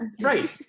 Right